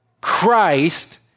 Christ